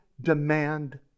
demand